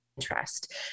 interest